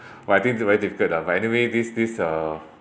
but I think it's very difficult lah but anyway this this uh